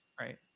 right